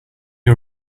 you